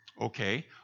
Okay